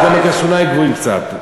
אז גם הקרסוליים גבוהים קצת.